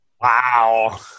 Wow